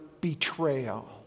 betrayal